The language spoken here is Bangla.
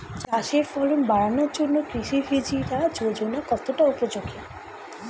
চাষের ফলন বাড়ানোর জন্য কৃষি সিঞ্চয়ী যোজনা কতটা উপযোগী?